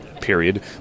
Period